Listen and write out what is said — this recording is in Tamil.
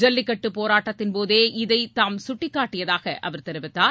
ஜல்லிக்கட்டு போராட்டத்தின்போதே இதை தாம் சுட்டிக்காட்டியதாக அவர் தெரிவித்தார்